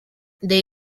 they